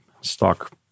stock